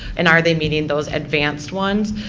and are they meeting those advanced ones?